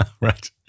Right